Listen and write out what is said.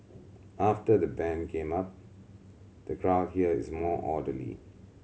after the ban came up the crowd here is more orderly